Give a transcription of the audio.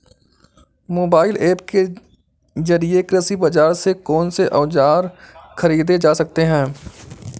Mobile app के जरिए कृषि बाजार से कौन से औजार ख़रीदे जा सकते हैं?